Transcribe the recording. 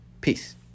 peace